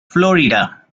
florida